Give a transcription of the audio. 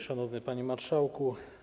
Szanowny Panie Marszałku!